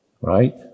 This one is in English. right